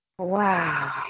Wow